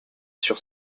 sur